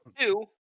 Two